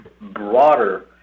broader